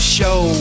Show